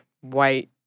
white